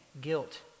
guilt